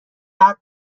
بعد